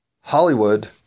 Hollywood